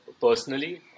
personally